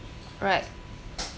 right